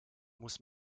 muss